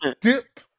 dip